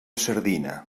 sardina